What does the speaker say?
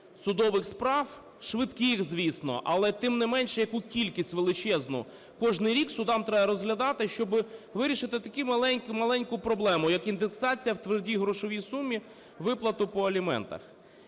судових справ швидких, звісно, але тим не менш, яку кількість величезну кожний рік судам треба розглядати, щоб вирішити таку маленьку проблему, як індексація у твердій грошовій сумі виплату по аліментах.